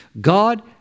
God